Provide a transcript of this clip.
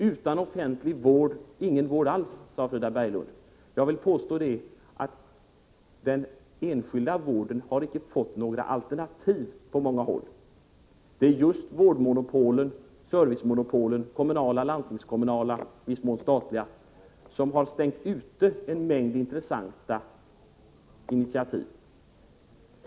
Utan offentlig vård ingen vård alls, sade Frida Berglund. Jag vill påstå att den enskilda vården på många håll icke har fått några alternativ. Det är vårdoch servicemonopolen — kommunala, landstingskommunala och i viss mån statliga — som har stängt ute en mängd intressanta initiativ.